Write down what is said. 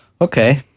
Okay